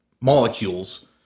molecules